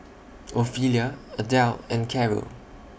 Ophelia Adelle and Carrol